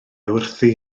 wrthi